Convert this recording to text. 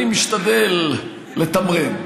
אני משתדל לתמרן,